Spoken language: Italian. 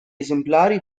esemplari